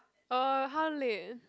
oh how late